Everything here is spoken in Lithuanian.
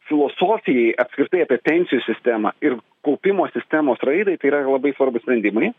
filosofijai apskritai apie pensijų sistemą ir kaupimo sistemos raidai tai yra labai svarbūs sprendimai